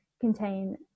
contain